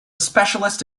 specialist